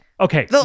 Okay